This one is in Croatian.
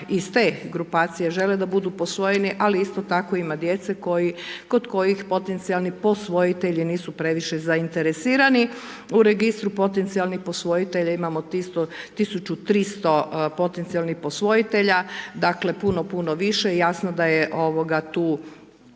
iz te grupacije žele da budu posvojeni, ali isto tako ima djece kod kojih potencijalni posvojitelji nisu previše zainteresirani. U registru potencijalnih posvojitelja imamo 1300 potencijalnih posvojitelja, dakle, puno, puno više, jasno da je ovoga tu,